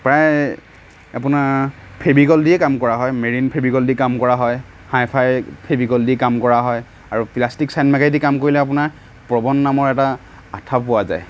প্ৰায় আপোনাৰ ফেভিকল দিয়েই কাম কৰা হয় মেৰিন ফেভিকল দি কাম কৰা হয় হাই ফাই ফেভিকলেদি কাম কৰা হয় আৰু প্লাষ্টিক চানমাইকাইদি কাম কৰিলে আপোনাৰ প্ৰবন নামৰ এটা আঠা পোৱা যায়